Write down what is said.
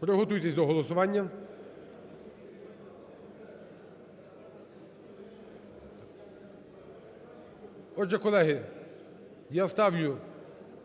Приготуйтесь до голосування. Отже, колеги, я ставлю